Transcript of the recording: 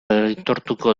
aitortuko